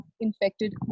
infected